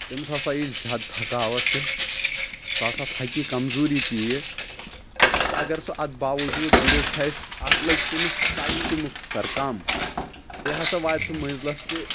تٔمِس ہسا ییہِ زیادٕ تھکاوٹھ تہِ سُہ ہسا تھکہِ کمزوری تہِ ییہِ پتہٕ اگر سُہ اتھ باوجوٗد گُرِس کھژِ اکھ لگہِ تٔمِس ٹایِم تہِ مُختصر کم بییٚہِ ہسا واتہِ سُہ منٛزلس تہِ